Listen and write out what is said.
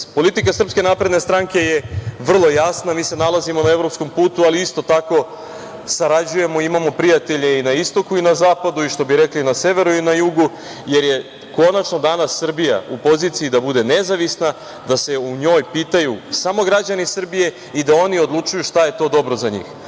politički interes. Politika SNS je vrlo jasna. Mi se nalazimo na evropskom putu, ali isto tako sarađujemo, imamo prijatelje i na istoku i na zapadu, i što bi rekli, i na severu i na jugu, jer je konačno danas Srbija u poziciji da bude nezavisna, da se u njoj pitaju samo građani Srbije i da oni odlučuju šta je to dobro za njih.